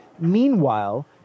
Meanwhile